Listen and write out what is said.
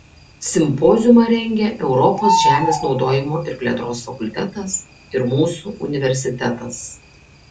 simpoziumą rengė europos žemės naudojimo ir plėtros fakultetas ir mūsų universitetas